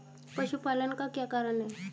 पशुपालन का क्या कारण है?